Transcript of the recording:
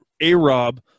A-Rob